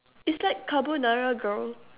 it's like carbonara girl